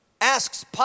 Asks